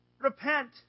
Repent